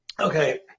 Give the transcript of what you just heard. Okay